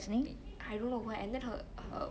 I don't know and then her her